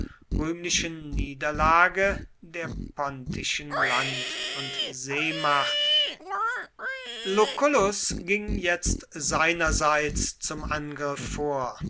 rühmlichen niederlage der pontischen land und seemacht lucullus ging jetzt seinerseits zum angriff vor